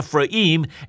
Ephraim